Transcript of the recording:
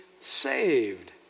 saved